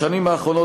בשנים האחרונות,